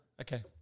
Okay